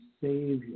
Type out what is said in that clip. Savior